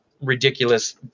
ridiculous